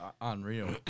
Unreal